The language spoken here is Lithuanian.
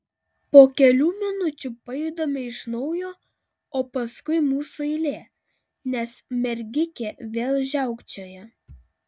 po kelių minučių pajudame iš naujo o paskui mūsų eilė nes mergikė vėl žiaukčioja